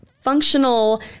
functional